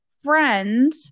friend